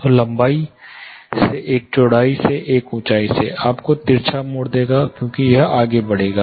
तो लंबाई से एक चौड़ाई से एक ऊँचाई से एक आपको तिरछा मोड देगा क्योंकि यह आगे बढ़ेगा